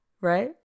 right